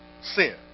sin